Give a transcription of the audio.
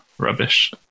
rubbish